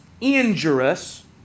injurious